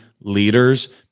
leaders